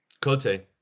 Cote